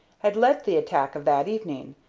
had led the attack of that evening,